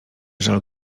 żal